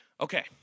Okay